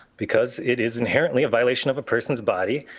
because it is inherently a violation of a person's body.